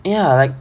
ya like